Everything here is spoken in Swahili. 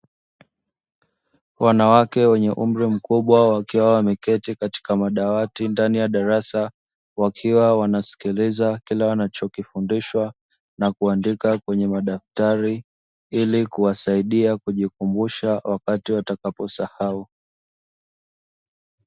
wanawake wenye umri mkubwa ,wakiwa wameketi katika madawati, ndani ya darasa, wakiwa wanasikilza kile wanachofundishwa ,na kuandika kwenye madaftari ili kuwasaidia kujikumbusha wakati watakaposahau.